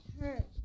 hurt